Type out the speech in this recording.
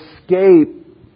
escape